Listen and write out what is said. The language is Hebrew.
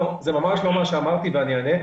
לא, זה ממש לא מה שאמרתי ואני אענה.